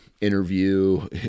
interview